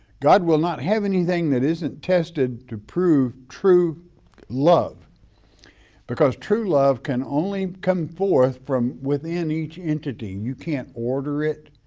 god will not have anything that isn't tested to prove true love because true love can only come forth from within each entity, you can't order it,